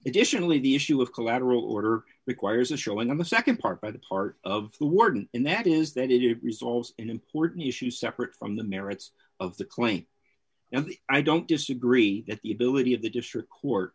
efficiently the issue of collateral order requires a showing on the nd part by the part of the warden and that is that it resolves an important issue separate from the merits of the claim now i don't disagree that the ability of the district court